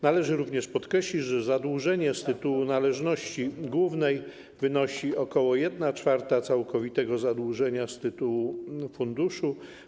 Należy również podkreślić, że zadłużenie z tytułu należności głównej wynosi ok. 1/4 całkowitego zadłużenia z tytułu funduszu.